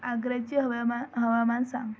आग्र्याचे हवामा हवामान सांग